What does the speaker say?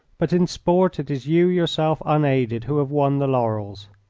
but in sport it is you yourself unaided who have won the laurels.